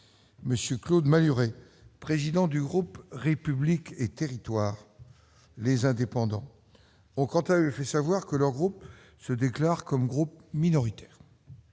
M. Claude Malhuret, président du groupe République et Territoires/Les Indépendants, ont quant à eux fait savoir que leurs groupes se déclarent comme groupes minoritaires.